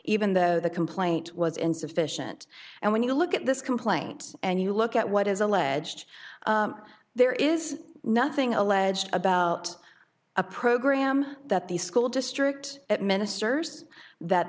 even though the complaint was insufficient and when you look at this complaint and you look at what is alleged there is nothing alleged about a program that the school district that ministers that